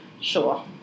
Sure